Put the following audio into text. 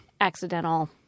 Accidental